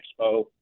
Expo